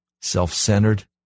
Self-centered